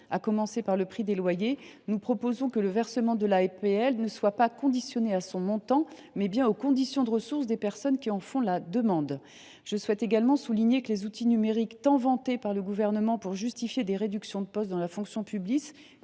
mais aussi les loyers, nous proposons que le versement des APL soit conditionné non pas à leur montant, mais bien au niveau de ressources des personnes qui en font la demande. Je souhaite également souligner que les outils numériques tant vantés par le Gouvernement pour justifier nombre de réductions de postes dans la fonction publique